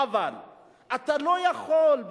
אבל אתה לא יכול,